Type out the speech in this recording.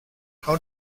how